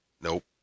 Nope